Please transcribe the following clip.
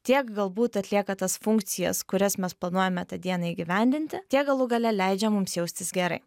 tiek galbūt atlieka tas funkcijas kurias mes planuojame tą dieną įgyvendinti tiek galų gale leidžia mums jaustis gerai